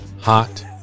Hot